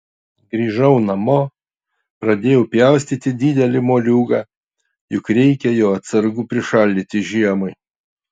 grįžau namo pradėjau pjaustyti didelį moliūgą juk reikia jo atsargų prišaldyti žiemai